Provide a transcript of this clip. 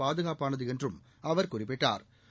பாதுகாப்பானது என்றும் அவர் குறிப்பிட்டாா்